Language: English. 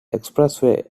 expressway